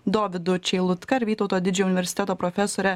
dovydu čeilutka ir vytauto didžiojo universiteto profesore